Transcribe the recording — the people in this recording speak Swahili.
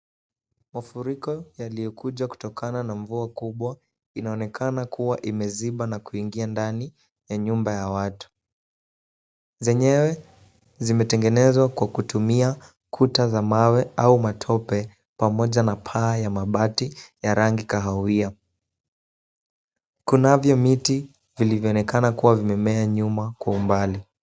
Mafuriko yaliokuja kutokana na mvua kubwa. Inaonekana kuwa imeziba na kuingia ndani ya nyumba ya watu. Zenyewe, zimetengenezwa kwa kutumia kuta za mawe au matope pamoja na paa ya mabati ya rangi kahawi. Kunavyo miti vilivyoonekana kuwa vimemea nyuma kwa umbali.